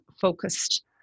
focused